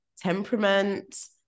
temperament